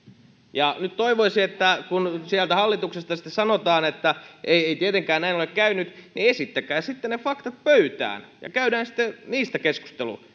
nyt toivoisi että kun sieltä hallituksesta sitten sanotaan että ei tietenkään näin ole käynyt niin esittäkää sitten ne faktat ja käydään sitten niistä keskustelu